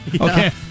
Okay